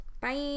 Bye